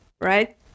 right